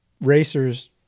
racers